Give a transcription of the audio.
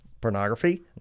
Pornography